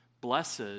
Blessed